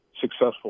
successful